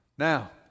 Now